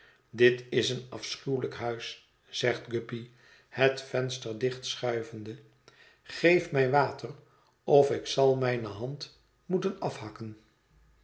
dit is een afschuwelijk huis zegt guppy het venster dicht schuivende geef mij water of ik zal mijne hand moeten afhakken